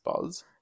buzz